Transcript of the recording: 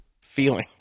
feeling